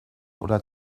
oder